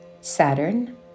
Saturn